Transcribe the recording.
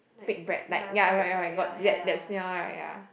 baked bread like ya alright alright got that that smell right ya